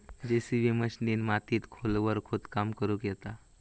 JCB मशिनीन मातीत खोलवर खोदकाम करुक येता